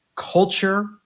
Culture